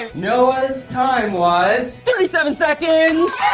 and noah's time was thirty seven seconds!